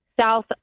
south